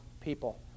people